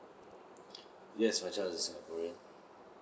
yes my child is a singaporean